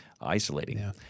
isolating